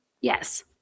yes